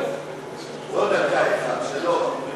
לא דקה אחת, שלוש.